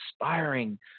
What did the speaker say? inspiring